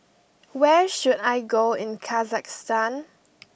where should I go in Kazakhstan